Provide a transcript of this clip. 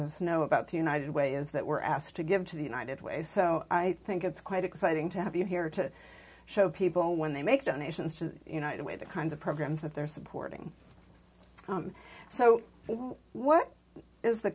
us know about the united way is that we're asked to give to the united way so i think it's quite exciting to have you here to show people when they make donations to the united way the kinds of programs that they're supporting so what is the